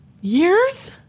Years